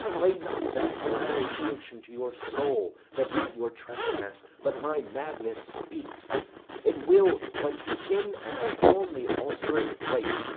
lay not that flattering unction to your soul that not your trespass, but my madness speaks it will but skin and film the ulcerous place,